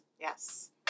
Yes